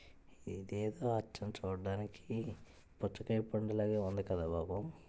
ఇదేదో అచ్చం చూడ్డానికి పుచ్చకాయ పండులాగే ఉంది కదా బాబూ